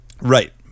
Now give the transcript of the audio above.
Right